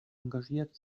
engagiert